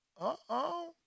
Uh-oh